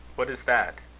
what is that?